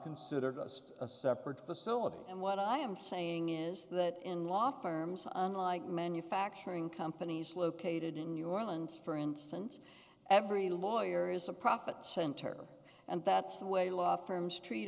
considered us to a separate facility and what i am saying is that in law firms unlike manufacturing companies located in new orleans for instance every lawyer is a profit center and that's the way law firms treat